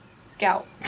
scalp